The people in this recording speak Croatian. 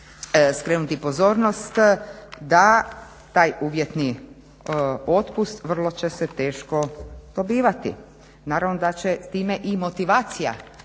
skrenuti pozornost da taj uvjetni otpust vrlo će se teško dobivati. Naravno da će time i motivacija